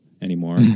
anymore